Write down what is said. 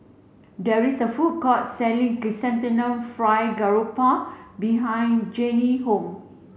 there is a food court selling chrysanthemum fried garoupa behind Jeanne's house